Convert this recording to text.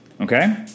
Okay